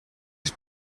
els